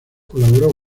colaboró